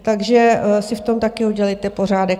Takže si v tom taky udělejte pořádek.